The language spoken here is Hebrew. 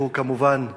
שהוא כמובן תגובה.